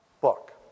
book